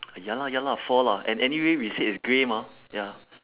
ya lah ya lah four lah and anyway we said it's grey mah ya